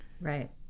Right